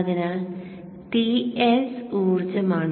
അതിനാൽ Ts ഊർജ്ജമാണ്